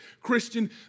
Christian